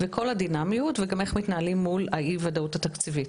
וכל הדינמיות וגם איך מתנהלים מול אי הוודאות התקציבית.